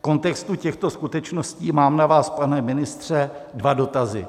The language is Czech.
V kontextu těchto skutečností mám na vás, pane ministře, dva dotazy.